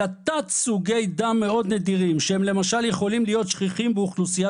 אלא תת סוגי דם מאוד נדירים שלמשל יכולים להיות שכיחים באוכלוסייה